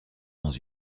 dans